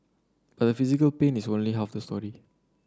but the physical pain is only half the story